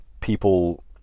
people